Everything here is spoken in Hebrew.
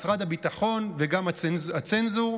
משרד הביטחון וגם הצנזור,